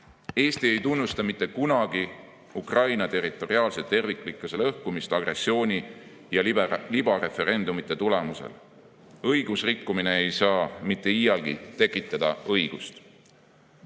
Eesti ei tunnusta mitte kunagi Ukraina territoriaalse terviklikkuse lõhkumist agressiooni ja libareferendumite tulemusel. Õigusrikkumine ei saa mitte iialgi tekitada õigust.